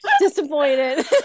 Disappointed